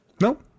Nope